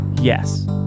yes